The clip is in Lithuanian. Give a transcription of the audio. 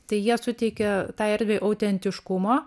tai jie suteikia tai erdvei autentiškumo